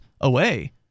away